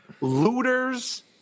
looters